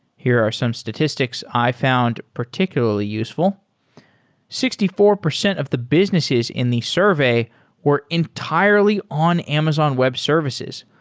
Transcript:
here are some statistics i found particularly useful sixty four percent of the businesses in the survey were entirely on amazon web services,